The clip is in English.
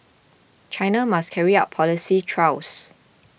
China must carry out policy trials